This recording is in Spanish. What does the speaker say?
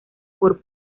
por